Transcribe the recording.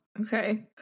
okay